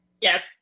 Yes